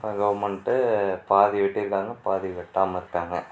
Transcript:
government பாதி வெட்டிருங்காங்க பாதி வெட்டாமலிருக்காங்காக